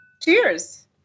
Cheers